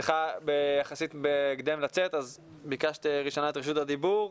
צריכה בהקדם לצאת אז ביקשת ראשונה את רשות הדיבור,